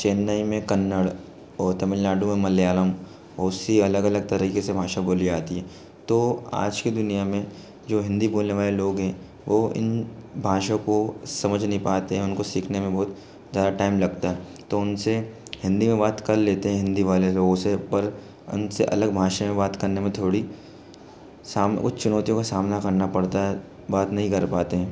चेन्नई में कन्नड़ और तमिलनाडु मलयालम बहुत सी अलग अलग तरीके से भाषा बोली जाती है तो आज की दुनियाँ में जो हिंदी बोलने वाले जो लोग हैं वह इन भाषाओं को समझ नहीं पाते हैं उनको सीखने में बहुत ज़्यादा टाइम लगता है तो उनसे हिंदी में बात कर लेते हैं हिंदी वाले लोगों से पर उनसे अलग भाषा में बात करने में थोड़ी साम उ चुनौतियों का सामना करना पड़ता है बात नहीं कर पाते हैं